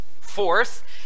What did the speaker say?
Fourth